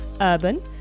Urban